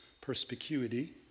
perspicuity